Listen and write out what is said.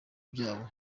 byabo